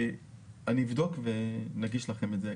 אני אבדוק ונגיש לכם את זה.